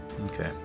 okay